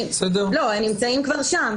הם נמצאים כבר שם.